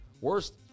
Worst